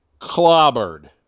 clobbered